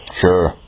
sure